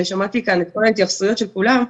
ושמעתי כאן את כל ההתייחסויות של כולם.